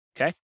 Okay